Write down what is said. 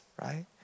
right